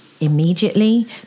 Immediately